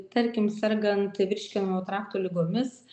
tarkim sergant virškinimo trakto ligomis